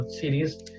series